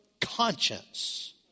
conscience